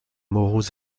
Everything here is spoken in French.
moraux